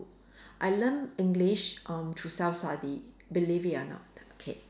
I learn English um through self study believe it or not okay